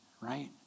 Right